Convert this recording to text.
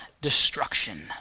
destruction